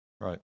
right